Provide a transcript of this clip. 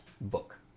book